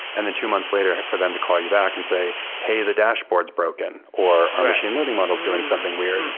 and the two months later for them to call you back and say, hey, the dashboard is broken or our machine learning model is doing something weird.